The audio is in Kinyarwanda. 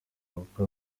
kuko